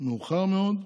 מאוחר מאוד,